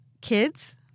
kids